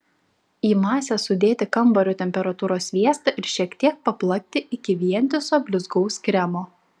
į masę sudėti kambario temperatūros sviestą ir šiek tiek paplakti iki vientiso blizgaus kremo